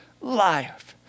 life